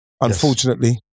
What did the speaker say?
unfortunately